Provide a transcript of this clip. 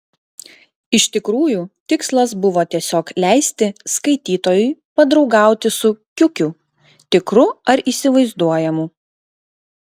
iš tikrųjų tikslas buvo tiesiog leisti skaitytojui padraugauti su kiukiu tikru ar įsivaizduojamu